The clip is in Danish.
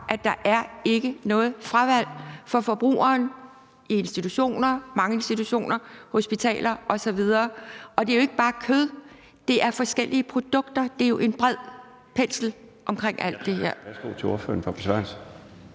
at der ikke er noget fravalg for forbrugeren i mange institutioner og på hospitaler osv. Og det er jo ikke bare kød; det er forskellige produkter. Der er jo en bred palet omkring alt det her.